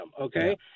Okay